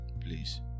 please